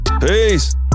Peace